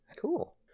Cool